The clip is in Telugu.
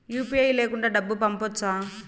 యు.పి.ఐ లేకుండా డబ్బు పంపొచ్చా